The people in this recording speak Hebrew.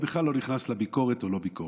אני בכלל לא נכנסת לביקורת או לא ביקורת,